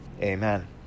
Amen